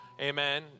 Amen